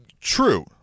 true